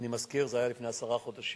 אני מזכיר: זה היה לפני עשרה חודשים,